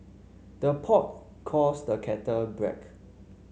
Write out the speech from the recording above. the pot calls the kettle black